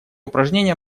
упражнения